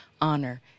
honor